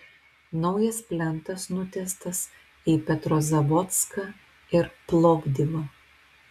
naujas plentas nutiestas į petrozavodską ir plovdivą